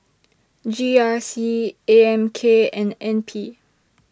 G R C A M K and N P